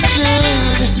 good